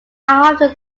after